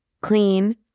clean